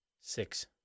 Six